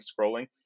scrolling